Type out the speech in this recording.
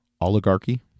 oligarchy